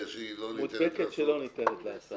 מודבקת שאינה ניתנת להסרה.